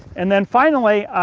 and then finally,